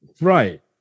Right